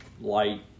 light